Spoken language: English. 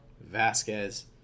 Vasquez